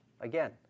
Again